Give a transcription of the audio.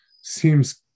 seems